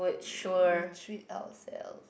uh we treat ourself